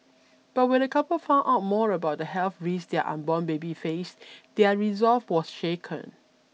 but when the couple found out more about the health risks their unborn baby faced their resolve was shaken